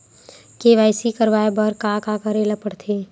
KYC करवाय बर का का करे ल पड़थे?